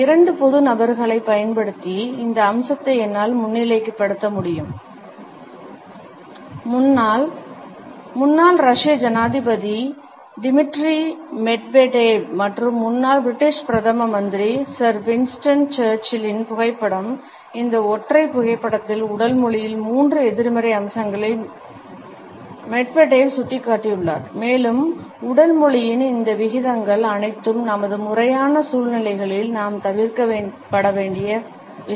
இந்த இரண்டு பொது நபர்களைப் பயன்படுத்தி இந்த அம்சத்தை என்னால் முன்னிலைப்படுத்த முடிகிறது முன்னாள் ரஷ்ய ஜனாதிபதி டிமிட்ரி மெட்வெடேவ் மற்றும் முன்னாள் பிரிட்டிஷ் பிரதம மந்திரி சர் வின்ஸ்டன் சர்ச்சிலின் புகைப்படம் இந்த ஒற்றை புகைப்படத்தின் உடல் மொழியில் மூன்று எதிர்மறை அம்சங்களை மெட்வெடேவ் சுட்டிக்காட்டியுள்ளார் மேலும் உடல் மொழியின் இந்த விகிதங்கள் அனைத்தும் நமது முறையான சூழ்நிலைகளில் நாம் தவிர்க்கப்பட வேண்டியவை